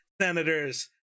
Senators